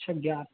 अच्छा ग्यारह